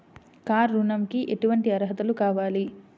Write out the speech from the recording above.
Car ఋణంకి ఎటువంటి అర్హతలు కావాలి?